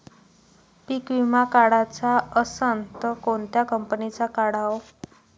पीक विमा काढाचा असन त कोनत्या कंपनीचा काढाव?